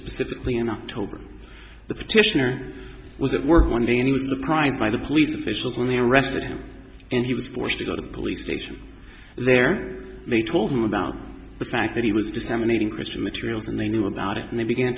specifically in october the petitioner was at work one day and was surprised by the police officials when they arrested him and he was forced to go to the police station there they told him about the fact that he was disseminating christian materials and they knew about it and they began